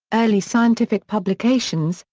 early scientific publications,